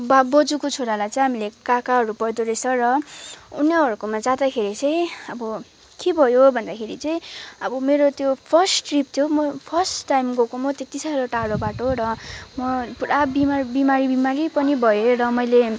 बा बोज्यूको छोरालाई चाहिँ हामीले काकाहरू पर्दोरहेछ र उनीहरूकोमा जाँदाखेरि चाहिँ अब के भयो भन्दाखेरि चाहिँ आबो मेरो त्यो फर्स्ट ट्रिप थियो म फर्स्ट टाइम गएको म त्यति साह्रो टाडो बाटो र म पुरा बिमार बिमारी बिमारी पनि भएँ र मैले